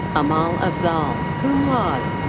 amal afzal, cum laude.